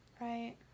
Right